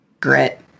grit